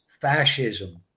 fascism